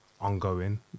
ongoing